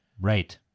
Right